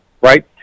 right